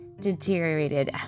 deteriorated